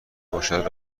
باشد